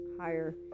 higher